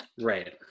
Right